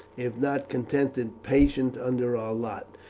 if not contented, patient under our lot,